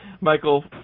Michael